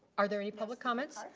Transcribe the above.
are there any public comments?